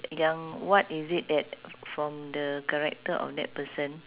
yang what is it that from the character of that person